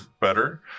better